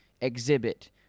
exhibit